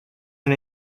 and